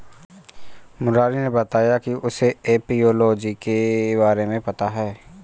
मुरारी ने बताया कि उसे एपियोलॉजी के बारे में पता है